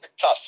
tough